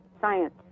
science